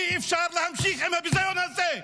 אי-אפשר להמשיך עם הביזיון הזה.